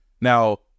Now